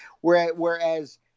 whereas